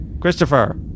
Christopher